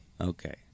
Okay